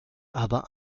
aber